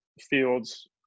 Fields